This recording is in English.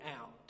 out